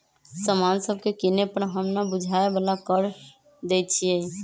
समान सभके किने पर हम न बूझाय बला कर देँई छियइ